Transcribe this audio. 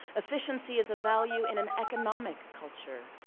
efficiency is a value in an economic culture.